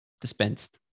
Dispensed